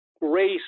race